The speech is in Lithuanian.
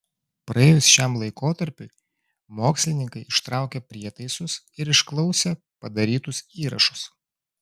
praėjus šiam laikotarpiui mokslininkai ištraukė prietaisus ir išklausė padarytus įrašus